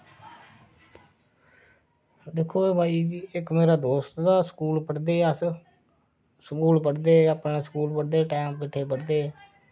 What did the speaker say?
दिक्खो भाई इक मेरा दोस्त हा स्कूल पढ़दे हे अस स्कूल पढ़दे हे अपने स्कूल पढ़दे टैम किट्ठे पढ़दे